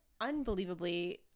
unbelievably